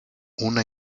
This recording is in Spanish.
una